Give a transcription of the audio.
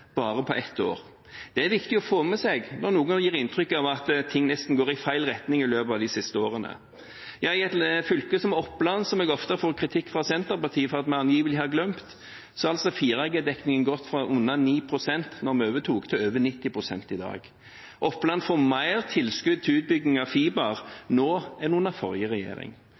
bare på ett år. Det er viktig å få med seg, når noen gir inntrykk av at ting nesten har gått i feil retning de siste årene. I et fylke som Oppland, som jeg ofte får kritikk fra Senterpartiet for at vi angivelig har glemt, er 4G-dekningen gått fra under 9 pst. da vi overtok, til over 90 pst. i dag. Oppland får mer tilskudd til utbygging av fiber nå enn under forrige regjering.